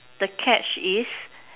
the catch is